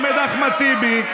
עומד אחמד טיבי,